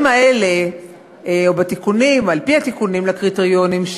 האלה או בתיקונים או על-פי התיקונים לקריטריונים,